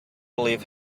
believe